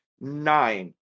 nine